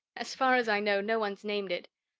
as far as i know, no one's named it.